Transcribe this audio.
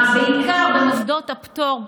בעיקר במוסדות הפטור,